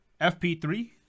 fp3